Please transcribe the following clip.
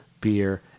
beer